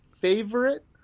Favorite